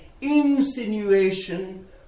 insinuation